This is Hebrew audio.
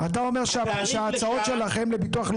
צו ההרחבה לא